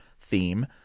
theme